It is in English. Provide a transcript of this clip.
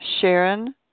Sharon